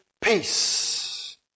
peace